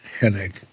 Hennig